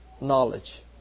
knowledge